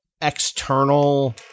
external